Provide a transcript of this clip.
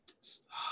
stop